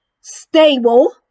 stable